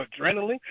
adrenaline